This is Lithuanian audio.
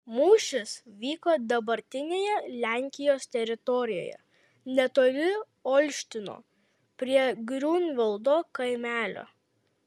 mūšis vyko dabartinėje lenkijos teritorijoje netoli olštyno prie griunvaldo kaimelio